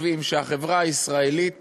שהחברה הישראלית